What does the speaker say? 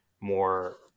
more